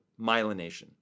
myelination